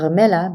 כרמלה,